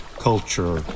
culture